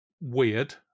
weird